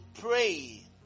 pray